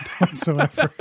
whatsoever